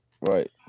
right